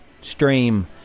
Stream